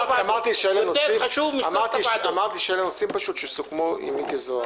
זה יותר חשוב מכל הוועדות אמרתי שאלו פשוט נושאים שסוכמו עם מיקי זוהר.